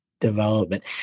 development